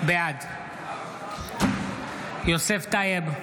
בעד יוסף טייב,